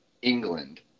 England